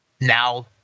now